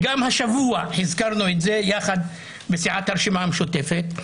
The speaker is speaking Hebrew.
וגם השבוע הזכרנו את זה בסיעת הרשימה המשותפת.